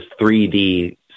3d